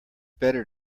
better